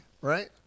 Right